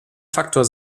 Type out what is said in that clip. faktor